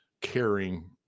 caring